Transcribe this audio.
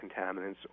contaminants